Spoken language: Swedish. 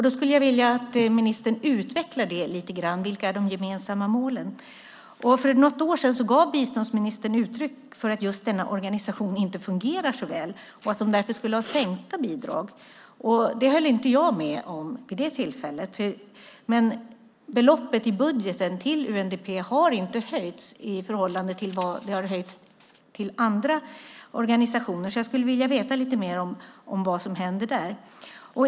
Då skulle jag vilja att ministern utvecklade lite grann vilka de gemensamma målen är. För något år sedan gav biståndsministern uttryck för att just denna organisation inte fungerar så väl och att den därför skulle ha minskade bidrag. Det höll jag inte med om vid det tillfället. Men beloppet i budgeten till UNDP har inte höjts i förhållande till hur det har höjts till andra organisationer. Jag skulle vilja veta lite mer om vad som händer där.